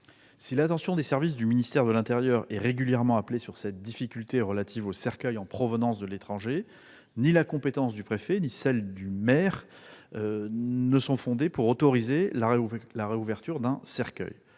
Si l'attention des services du ministère de l'intérieur est régulièrement appelée sur cette difficulté relative aux cercueils en provenance de l'étranger, ni la compétence du préfet ni celle du maire n'est fondée pour autoriser la réouverture d'un cercueil.